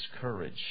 courage